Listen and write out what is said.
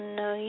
no